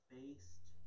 based